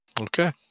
Okay